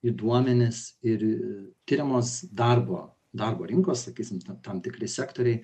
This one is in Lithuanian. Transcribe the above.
į duomenis ir tiriamos darbo darbo rinkos sakysim tam tikri sektoriai